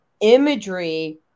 imagery